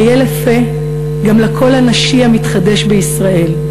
אהיה לפה גם לקול הנשי המתחדש בישראל,